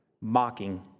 mocking